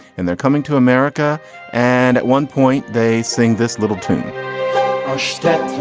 and they're coming to america and at one point they sing this little tune a step